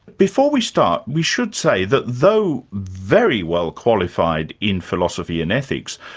before we start, we should say that, though very well qualified in philosophy and ethics,